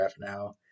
now